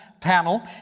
panel